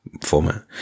format